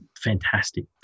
fantastic